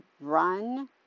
run